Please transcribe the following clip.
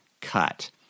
cut